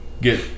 Get